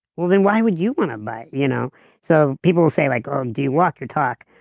well then why would you want to buy? you know so people say, like um do you walk your talk?